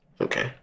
Okay